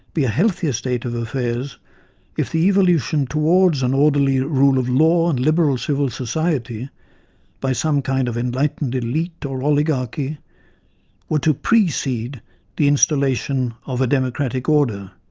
be a healthier state of affairs if the evolution toward an orderly rule of law and liberal civil society by some kind of enlightened elite or oligarchy were to precede the installation of a democratic order,